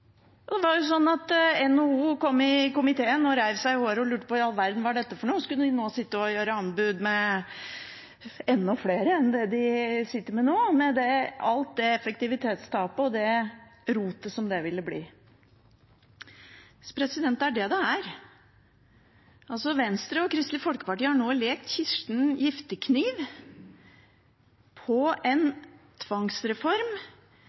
verden dette var: Skulle de nå sitte med anbud med enda flere enn det de sitter med nå, med alt det effektivitetstapet og det rotet som det ville medføre? Det er det det er. Venstre og Kristelig Folkeparti har nå lekt Kirsten Giftekniv